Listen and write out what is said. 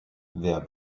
wer